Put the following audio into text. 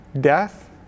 death